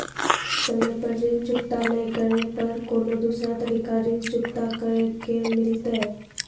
समय पर ऋण चुकता नै करे पर कोनो दूसरा तरीका ऋण चुकता करे के मिलतै?